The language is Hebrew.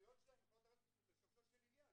העלויות שלו יכולות לרדת לשורשו של עניין,